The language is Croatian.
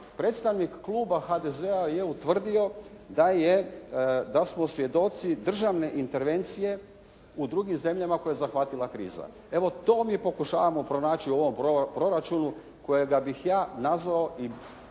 predstavnik kluba HDZ-a je utvrdio da smo svjedoci državne intervencije u drugim zemljama koje je zahvatila kriza. Evo to mi pokušavamo pronaći u ovom proračunu kojega bih ja nazvao da